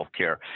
Healthcare